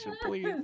please